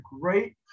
great